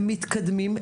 הם מתקדמים,